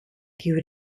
kiuj